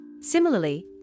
Similarly